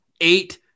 eight